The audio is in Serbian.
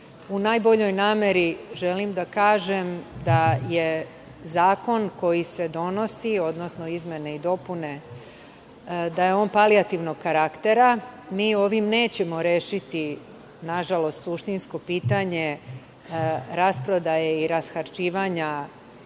U najboljoj nameri želim da kažem da je zakon koji se donosi, odnosno izmene i dopune, palijativnog karaktera. Mi ovim nećemo rešiti, nažalost, suštinsko pitanje rasprodaje i rasparčavanja